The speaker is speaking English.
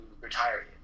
retire